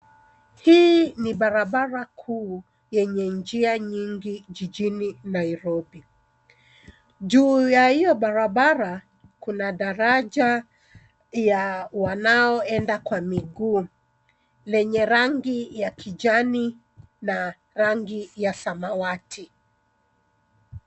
Hii ni barabara kuu yenye njia nyingi jijini Nairobi. Juu ya hiyo barabara, kuna daraja ya wanaoenda kwa miguu, lenye rangi ya kijani na rangi ya samawati.